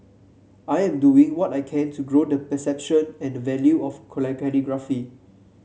I'm just doing what I can to grow the perception and value of calligraphy